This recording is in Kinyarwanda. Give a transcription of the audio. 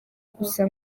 gusa